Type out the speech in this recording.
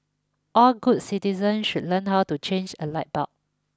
all good citizens should learn how to change a light bulb